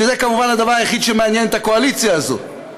שזה כמובן הדבר היחיד שמעניין את הקואליציה הזאת.